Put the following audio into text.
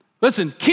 Listen